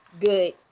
good